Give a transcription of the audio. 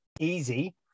easy